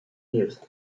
years